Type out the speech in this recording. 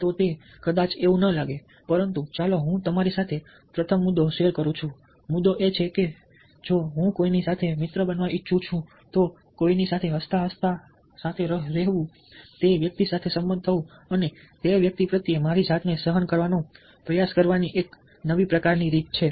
તો તે કદાચ એવું ન લાગે પરંતુ ચાલો હું તમારી સાથે પ્રથમ મુદ્દો શેર કરું મુદ્દો એ છે કે જો હું કોઈની સાથે મિત્ર બનવા ઈચ્છું છું તો કોઈની સાથે હસતાં હસતાં સાથે રહેવું તે વ્યક્તિ સાથે સંમત થવું અને તે વ્યક્તિ પ્રત્યે મારી જાતને સહન કરવાનો પ્રયાસ કરવાની એક પ્રકાર ની રીત છે